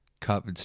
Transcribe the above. cup